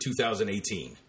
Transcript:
2018